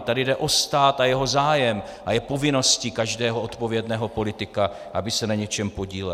Tady jde o stát a jeho zájem a je povinností každého odpovědného politika, aby se na něčem podílel.